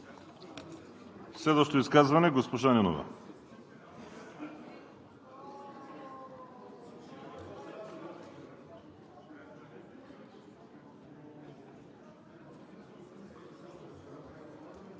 Следващо изказване – госпожа Нинова.